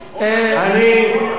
סליחה.